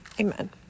Amen